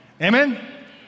Amen